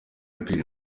pierre